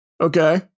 Okay